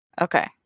Okay